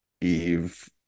Eve